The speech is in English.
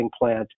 plant